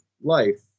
life